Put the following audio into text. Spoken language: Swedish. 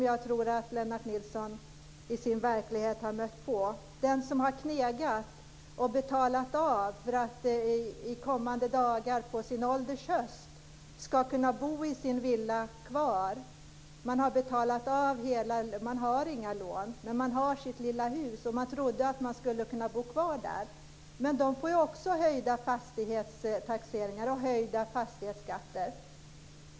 Jag tror att Lennart Nilsson i sin verklighet har mött den småhusägare som har knegat och betalat av för att på sin ålders höst kunna bo kvar i sin villa. Man har inga lån, men man har sitt lilla hus, och man trodde att man skulle kunna bo kvar där. Men de får ju också höjda fastighetstaxeringar och höjda fastighetsskatter.